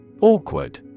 Awkward